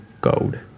gold